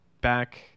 back